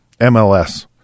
MLS